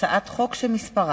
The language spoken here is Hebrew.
הצעת חוק שירות